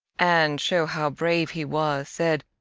and show how brave he was, said,